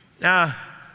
Now